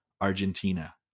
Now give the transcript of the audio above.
Argentina